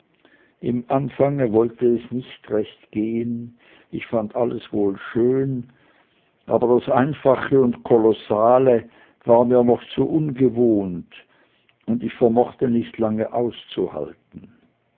im anfange wollte es nicht recht gehen ich fand wohl alles schön aber das einfache und kolossale war mir noch zu ungewohnt und ich vermochte nicht lange nacheinander auszuhalten